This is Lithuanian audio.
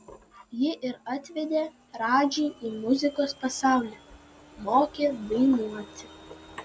ji ir atvedė radžį į muzikos pasaulį mokė dainuoti